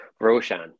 Roshan